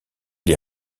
les